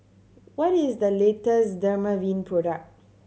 what is the latest Dermaveen product